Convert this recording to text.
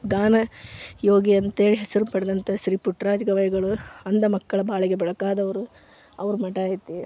ಗಾನ ಯೋಗಿ ಅಂತ್ಹೇಳಿ ಹೆಸರು ಪಡೆದಂಥ ಶ್ರೀ ಪುಟ್ಟರಾಜ ಗವಾಯಿಗಳು ಅಂಧ ಮಕ್ಕಳ ಬಾಳಿಗೆ ಬೆಳಕಾದವರು ಅವ್ರ ಮಠ ಐತಿ